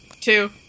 two